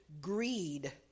greed